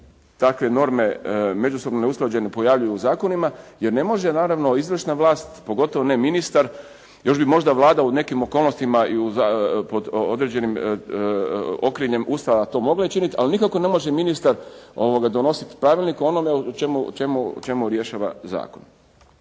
takve norme međusobno neusklađene pojavljuju u zakonima jer ne može naravno izvršna vlast, pogotovo ne ministar, još bi možda Vlada u nekim okolnostima i pod određenim okriljem Ustava to mogla učiniti, ali nikako ne može ministar donositi pravilnik o onome o čemu rješava zakon.